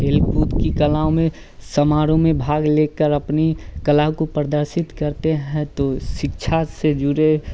खेलकूद की कलाओं में समारोह में भाग लेकर अपनी कला को प्रदर्शित करते हैं तो शिक्षा से जुड़े